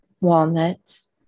walnuts